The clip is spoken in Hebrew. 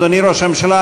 אדוני ראש הממשלה,